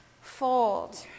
fold